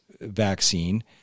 vaccine